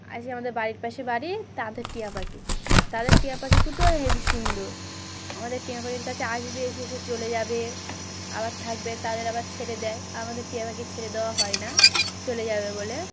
আসে আমাদের বাড়ির পাশে বাড়ি তাদের টিয়া পাখি তো তাদের টিয়া পাখি দুটোই হেবি সুন্দর আমাদের টিয়া পাখির কাছে আসবে এসে এসে চলে যাবে আবার থাকবে তাদের আবার ছেড়ে দেয় আমাদের টিয়া পাখি ছেড়ে দেওয়া হয় না চলে যাবে বলে